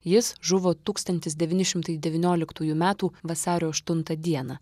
jis žuvo tūkstantis devyni šimtai devynioliktųjų metų vasario aštuntą dieną